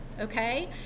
Okay